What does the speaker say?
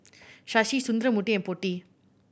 Shashi Sundramoorthy and Potti